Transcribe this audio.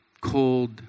cold